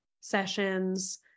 sessions